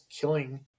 killing